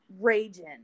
raging